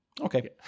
Okay